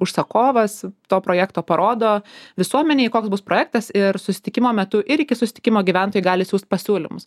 užsakovas to projekto parodo visuomenei koks bus projektas ir susitikimo metu ir iki susitikimo gyventojai gali siųst pasiūlymus